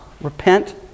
Repent